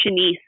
Shanice